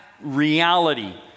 reality